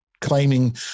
claiming